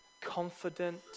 confident